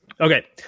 Okay